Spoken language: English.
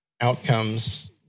outcomes